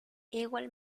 igual